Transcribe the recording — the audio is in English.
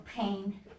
pain